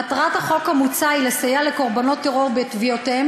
מטרת החוק המוצע היא לסייע לקורבנות טרור בתביעותיהם